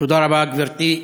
תודה רבה, גברתי.